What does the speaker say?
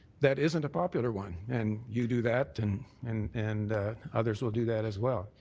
that isn't a popular one, and you do that and and and others will do that as well.